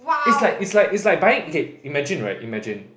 it's like it's like it's like buying okay imagine right imagine